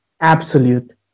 absolute